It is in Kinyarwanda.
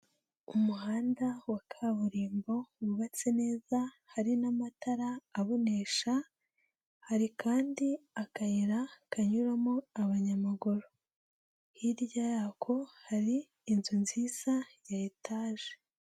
Umuhanda wa kaburimbo wubatse neza hari n'amatara abonesha, hari kandi akayira kanyuramo abanyamaguru. Hirya yako hari inzu nziza ya etage.